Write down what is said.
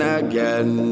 again